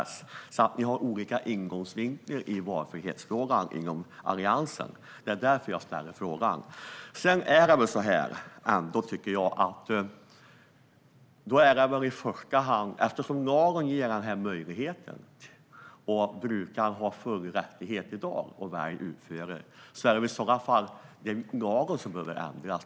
Ni har alltså olika ingångsvinklar i valfrihetsfrågan inom Alliansen. Det är därför jag ställer frågan. Eftersom lagen ger den här möjligheten och brukaren i dag har full rättighet att välja utförare är det väl i så fall i första hand lagen som behöver ändras.